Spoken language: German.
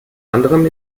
anderem